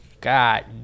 God